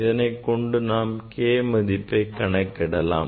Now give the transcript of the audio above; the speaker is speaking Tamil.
இதனைக் கொண்டு நாம் K மதிப்பை கணக்கிடலாம்